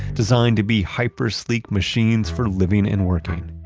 designed to be hyper sleek machines for living and working.